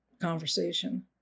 conversation